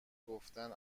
گفتن